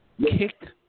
Kick